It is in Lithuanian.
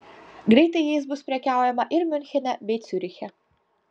greitai jais bus prekiaujama ir miunchene bei ciuriche